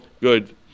Good